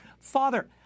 FATHER